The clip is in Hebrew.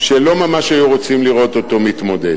שלא ממש היו רוצים לראות אותו מתמודד.